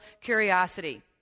curiosity